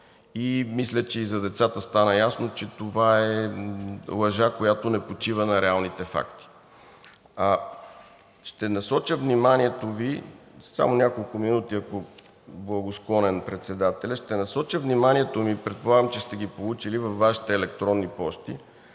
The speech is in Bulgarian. Мисля, че и за децата стана ясно, че това е лъжа, която не почива на реалните факти. Ще насоча вниманието Ви – само няколко минути, ако е благосклонен председателят – предполагам, че сте ги получили във Вашите електронни пощи,